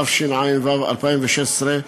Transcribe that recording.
התשע"ו 2016,